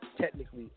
technically